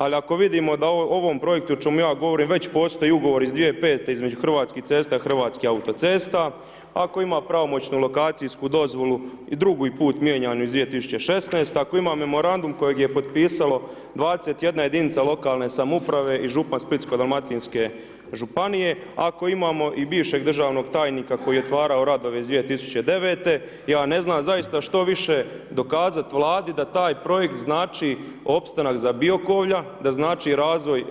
Ali ako vidimo da u ovom projektu o čemu ja govorim već postoji ugovor iz 2005. između Hrvatskih cesta i Hrvatskih autocesta, ako ima pravomoćnu lokacijsku dozvolu i drugi put mijenjanu iz 2016., ako ima memorandum kojeg je potpisalo 21 jedinica lokalne samouprave i župan Splitsko-dalmatinske županije, ako imamo i bivšeg državnog tajnika koji je otvarao radove iz 2009. ja ne znam zaista što više dokazati Vladi da taj projekt znači opstanak za Biokovlja, da znači i razvoj